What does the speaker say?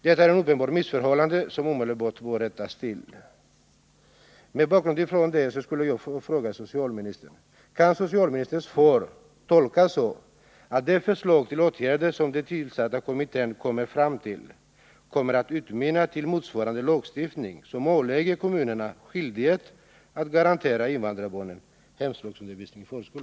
Detta är ett uppenbart missförhållande, som omedelbart måste rättas till.